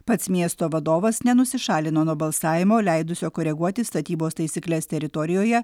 pats miesto vadovas nenusišalino nuo balsavimo leidusio koreguoti statybos taisykles teritorijoje